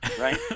right